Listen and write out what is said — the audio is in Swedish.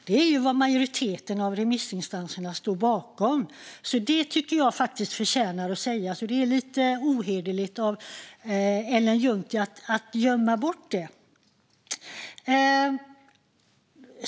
Det är vad en majoritet av remissinstanserna står bakom, och detta tycker jag förtjänar att sägas. Det är lite ohederligt av Ellen Juntti att gömma bort det.